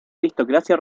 aristocracia